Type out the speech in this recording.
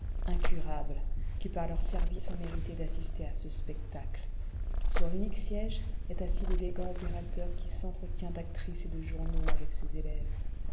incurables qui par leurs services ont mérité d'assister à ce spectacle sur l'unique siége est assis l'élégant opérateur qui s'entretient d'actrices et de journaux avec ses élèves